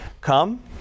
come